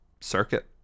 circuit